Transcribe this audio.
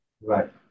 Right